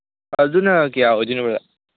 ꯑꯗꯨꯅ ꯀꯌꯥ ꯑꯣꯏꯗꯣꯏꯅꯣ ꯕ꯭ꯔꯗꯔ